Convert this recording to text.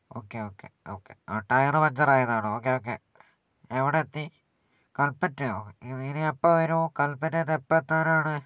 okay okay okay tyre പഞ്ചറായതാണോ okay okay എവിടെത്തി കൽപ്പറ്റയോ ഇനി എപ്പവരും കാൽപറ്റേന്ന് എപ്പോൾ എത്താനാണ്